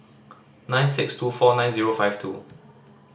nine six two four nine zero five two